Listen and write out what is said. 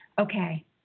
Okay